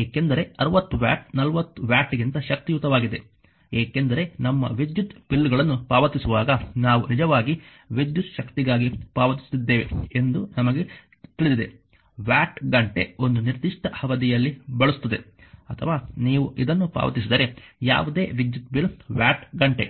ಏಕೆಂದರೆ 60 ವ್ಯಾಟ್ 40 ವ್ಯಾಟ್ಗಿಂತ ಶಕ್ತಿಯುತವಾಗಿದೆ ಏಕೆಂದರೆ ನಮ್ಮ ವಿದ್ಯುತ್ ಬಿಲ್ಗಳನ್ನು ಪಾವತಿಸುವಾಗ ನಾವು ನಿಜವಾಗಿ ವಿದ್ಯುತ್ ಶಕ್ತಿಗಾಗಿ ಪಾವತಿಸುತ್ತಿದ್ದೇವೆ ಎಂದು ನಮಗೆ ತಿಳಿದಿದೆ ವ್ಯಾಟ್ ಗಂಟೆ ಒಂದು ನಿರ್ದಿಷ್ಟ ಅವಧಿಯಲ್ಲಿ ಬಳಸುತ್ತದೆ ಅಥವಾ ನೀವು ಇದನ್ನು ಪಾವತಿಸಿದರೆ ಯಾವುದೇ ವಿದ್ಯುತ್ ಬಿಲ್ ವ್ಯಾಟ್ ಗಂಟೆ